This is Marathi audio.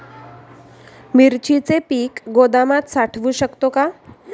मिरचीचे पीक गोदामात साठवू शकतो का?